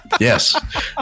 Yes